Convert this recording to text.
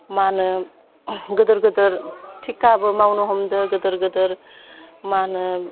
मा होनो गिदिर गिदिर थिखाबो मावनो हमदों गिदिर गिदिर मा होनो